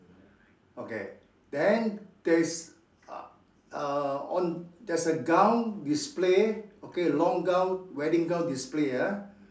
okay then there is uh on there's a gown display okay long gown wedding gown display ah